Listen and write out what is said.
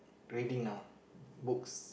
reading on books